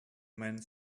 man